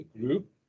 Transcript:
group